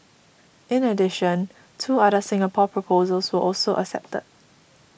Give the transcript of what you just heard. in addition two other Singapore proposals were also accepted